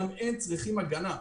גם הם צריכים הגנה.